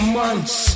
months